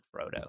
frodo